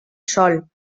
sòl